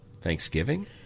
Thanksgiving